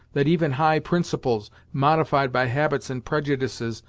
that even high principles modified by habits and prejudices,